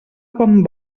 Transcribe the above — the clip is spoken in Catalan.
quan